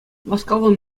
васкавлӑ